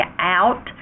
out